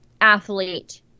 athlete